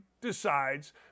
decides